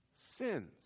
sins